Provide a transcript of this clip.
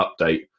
update